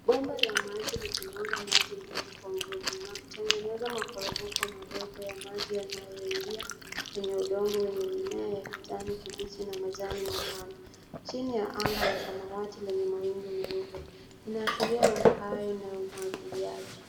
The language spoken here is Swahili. Bomba la maji likimwaga maji mengi kwa nguvu na kutengeneza maporomoko madogo ya maji yanayoingia kwenye udongo, wenye mimea ya kijani kibichi na majani mapana. Chini ya anga la samawati lenye mawingu meupe inaashiria uhai na umwagiliaji.